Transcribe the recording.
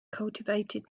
cultivated